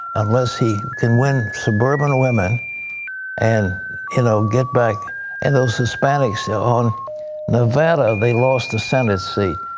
unless he can win suburban women and you know get back and those hispanics. so on nevada, they lost a senate seat.